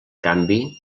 canvi